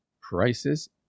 prices